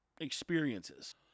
experiences